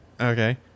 okay